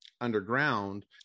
underground